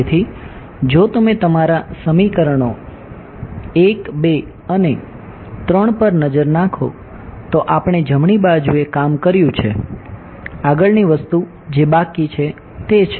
તેથી જો તમે તમારા સમીકરણો 1 2 અને 3 પર નજર નાખો તો આપણે જમણી બાજુ એ કામ કર્યું છે આગળની વસ્તુ જે બાકી છે તે છે